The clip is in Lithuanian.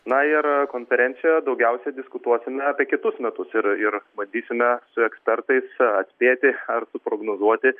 na ir konferencijoje daugiausiai diskutuosime apie kitus metus ir ir bandysime su ekspertais atspėti ar suprognozuoti